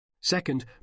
Second